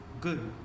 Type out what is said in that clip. good